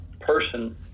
person